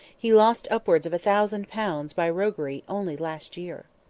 he lost upwards of a thousand pounds by roguery only last year.